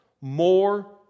more